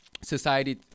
Society